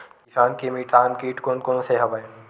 किसान के मितान कीट कोन कोन से हवय?